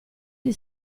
gli